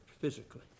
physically